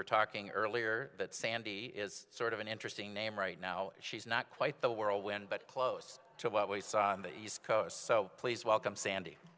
re talking earlier that sandy is sort of an interesting name right now she's not quite the whirlwind but close to what we saw on the east coast so please welcome sandy